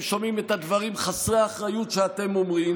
שומעים את הדברים חסרי האחריות שאתם אומרים